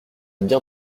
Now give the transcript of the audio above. bien